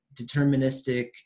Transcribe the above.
deterministic